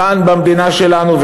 כאן במדינה שלנו,